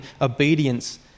obedience